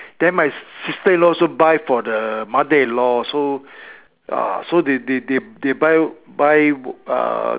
then my sister-in-law also buy for the mother-in-law so uh so they they they they buy buy uh